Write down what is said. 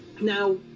Now